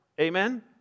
Amen